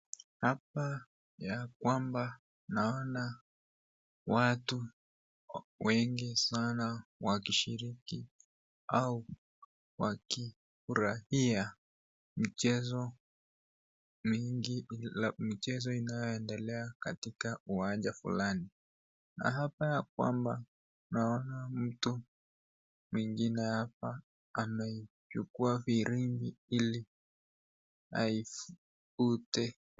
Hapa ya kwamba naona watu wengi sana wakishiriki au wakifurahia mchezo mwingi, mchezo unaoendelea katika uwanja fulani. Hapa kwamba naona mtu mwingine hapa ameichukua firimbi ili aivute.